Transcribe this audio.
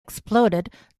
exploded